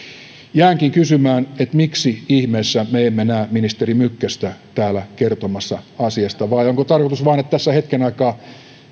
jäänkin kysymään miksi ihmeessä me emme näe ministeri mykkästä täällä kertomassa asiasta vai onko tarkoitus vain että tässä hetken aikaa keskustellaan ja